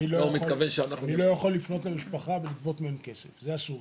אני לא יכול לגבות כסף מהמשפחה, זה אסור.